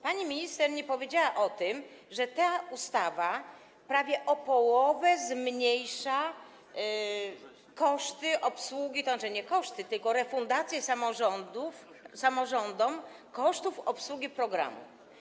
Pani minister nie powiedziała o tym, że ta ustawa prawie o połowę zmniejsza koszty obsługi, to znaczy nie jej koszty, tylko refundację samorządom kosztów obsługi programu.